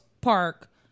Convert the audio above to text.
Park